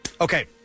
Okay